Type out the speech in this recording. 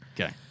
Okay